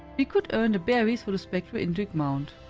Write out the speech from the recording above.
we could earn the berries for the spectral indrik mount.